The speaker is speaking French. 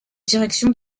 direction